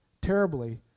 terribly